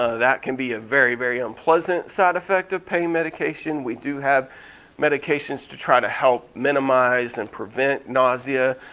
ah that can be a very very unpleasant side effect of pain medication. we do have medications to try to help minimize and prevent nausea.